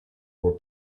were